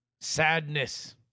Sadness